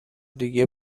دیگه